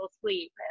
sleep